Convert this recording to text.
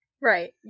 Right